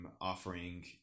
offering